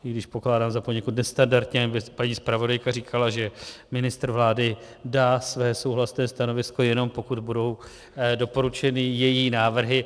I když pokládám za poněkud nestandardní, aby paní zpravodajka říkala, že ministr vlády dá své souhlasné stanovisko, jenom pokud budou doporučeny její návrhy.